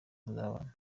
muzabana